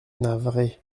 navré